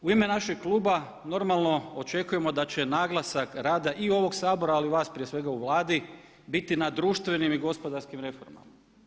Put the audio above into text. U ime našeg kluba normalno očekujemo da će naglasak rada i ovog Sabora ali vas prije svega u Vladi biti na društvenim i gospodarskim reformama.